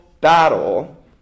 battle